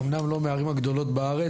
אמנם לא מהערים הגדולות בארץ,